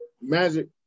Magic